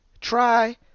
try